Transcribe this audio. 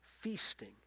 feasting